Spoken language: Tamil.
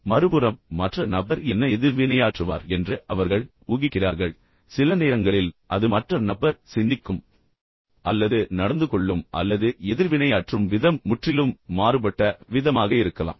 எனவே மறுபுறம் மற்ற நபர் என்ன எதிர்வினையாற்றுவார் என்று அவர்கள் ஊகிக்கிறார்கள் மற்றும் சில நேரங்களில் அது மற்ற நபர் சிந்திக்கும் அல்லது நடந்து கொள்ளும் அல்லது எதிர்வினையாற்றும் விதம் முற்றிலும் மாறுபட்ட விதமாக இருக்கலாம்